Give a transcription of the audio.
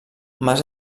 mas